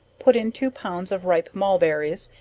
put in two pounds of ripe mulberries,